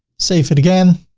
save it again